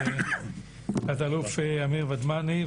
תא"ל אמיר ודמני,